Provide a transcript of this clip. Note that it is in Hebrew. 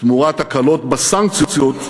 תמורת הקלות בסנקציות,